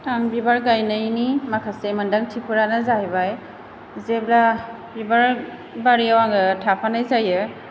आं बिबार गायनायनि माखासे मोनदांथिफोरानो जाहैबाय जेब्ला बिबार बारियाव आङो थाफानाय जायो